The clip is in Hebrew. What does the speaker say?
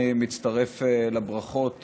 אני מצטרף לברכות